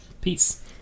Peace